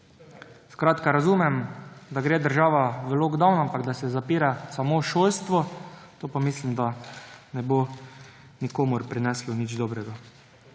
Skratka razumem, da gre država v lock down, ampak da se zapira samo šolstvo, to pa mislim, da ne bo nikomur prineslo nič dobrega.